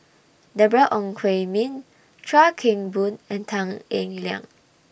Deborah Ong Hui Min Chuan Keng Boon and Tan Eng Liang